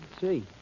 see